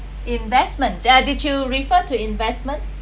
investment that did you refer to investment